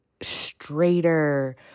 straighter